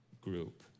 group